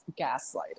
gaslighting